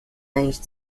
eigentlich